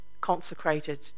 consecrated